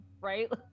right